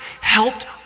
helped